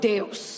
Deus